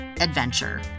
adventure